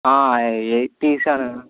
అవి తీసారా